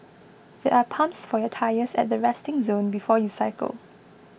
there are pumps for your tyres at the resting zone before you cycle